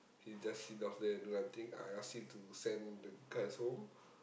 he just sit down there do nothing I ask him to send the guys home